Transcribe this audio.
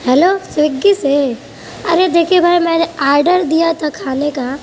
hello Swiggy سے ارے دیکھیے بھائی میں نے آرڈر دیا تھا کھانے کا